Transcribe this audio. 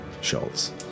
Schultz